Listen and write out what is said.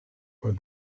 but